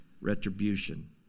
retribution